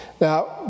Now